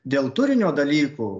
dėl turinio dalykų